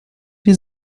die